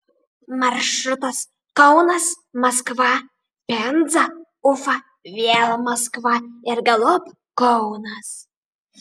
maršrutas kaunas maskva penza ufa vėl maskva ir galop kaunas